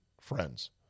friends